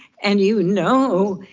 and you know,